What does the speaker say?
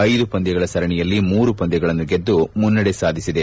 ಐದು ಪಂದ್ಯಗಳ ಸರಣಿಯಲ್ಲಿ ಮೂರು ಪಂದ್ಯಗಳನ್ನು ಗೆದ್ದು ಮುನ್ನಡೆ ಸಾಧಿಸಿದೆ